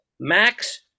Max